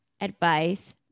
advice